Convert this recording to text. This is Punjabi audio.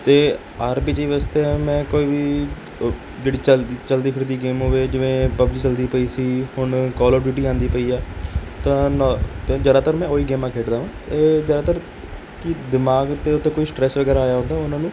ਅਤੇ ਆਰ ਪੀ ਜੀ ਵਾਸਤੇ ਮੈਂ ਕੋਈ ਵੀ ਅ ਜਿਹੜੀ ਚਲ ਚਲਦੀ ਫਿਰਦੀ ਗੇਮ ਹੋਵੇ ਜਿਵੇਂ ਪਬਜੀ ਚਲਦੀ ਪਈ ਸੀ ਹੁਣ ਕੋਲਰਬ੍ਰਿਟੀ ਆਉਂਦੀ ਪਈ ਆ ਤਾਂ ਨੋ ਜ਼ਿਆਦਾਤਰ ਮੈਂ ਉਹ ਹੀ ਗੇਮਾਂ ਖੇਡਦਾ ਹਾਂ ਇਹ ਜ਼ਿਆਦਾਤਰ ਕਿ ਦਿਮਾਗ 'ਤੇ ਉੱਤੇ ਕੋਈ ਸਟਰੈਸ ਵਗੈਰਾ ਆਇਆ ਹੁੰਦਾ ਉਹਨਾਂ ਨੂੰ